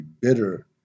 bitter